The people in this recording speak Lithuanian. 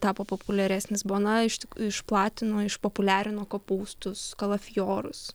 tai tapo populiaresnis bona ištik išplatino išpopuliarino kopūstus kalafiorus